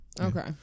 Okay